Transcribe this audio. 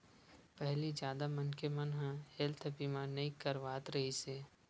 पहिली जादा मनखे मन ह हेल्थ बीमा नइ करवात रिहिस हे